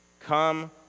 come